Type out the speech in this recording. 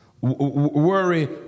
Worry